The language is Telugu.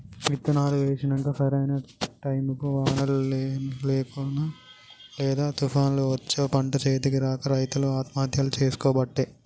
విత్తనాలు వేశినంక సరైన టైముకు వానలు లేకనో లేదా తుపాన్లు వచ్చో పంట చేతికి రాక రైతులు ఆత్మహత్యలు చేసికోబట్టే